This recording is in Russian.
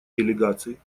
делегаций